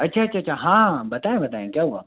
अच्छा अच्छा अच्छ हाँ बताऍं बताऍं क्या हुआ